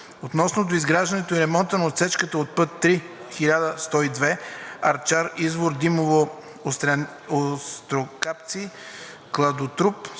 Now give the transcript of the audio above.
Относно доизграждането и ремонта на отсечката от път III-1102 Арчар – Извор – Димово – Острокапци – Кладоруб